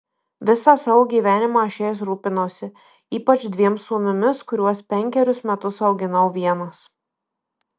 visą savo gyvenimą aš jais rūpinausi ypač dviem sūnumis kuriuos penkerius metus auginau vienas